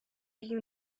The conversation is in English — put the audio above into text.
you